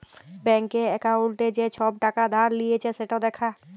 ব্যাংকে একাউল্টে যে ছব টাকা ধার লিঁয়েছে সেট দ্যাখা